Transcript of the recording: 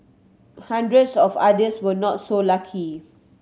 hundreds of others were not so lucky